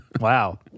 Wow